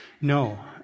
No